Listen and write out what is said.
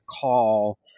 call